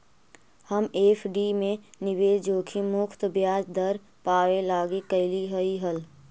हम एफ.डी में निवेश जोखिम मुक्त ब्याज दर पाबे लागी कयलीअई हल